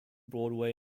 broadway